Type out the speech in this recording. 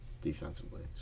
defensively